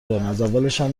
اولشم